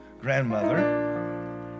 grandmother